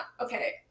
okay